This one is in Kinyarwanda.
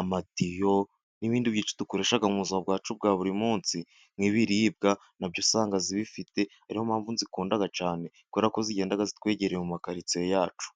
amatiyo n'ibindi byinshi dukoresha mu buzima bwacu bwa buri munsi, nk'ibiribwa na byo usanga zibifite niyo mpamvu nzikunda cyane kubera ko zigenda zitwegereye mu makaritsiye yacu.